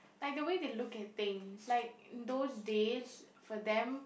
like the way they look at things like those days for them